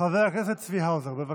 חבר הכנסת צבי האוזר, בבקשה.